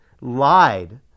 lied